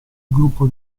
gruppo